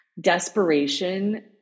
desperation